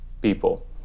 people